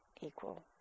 equal